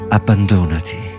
Abbandonati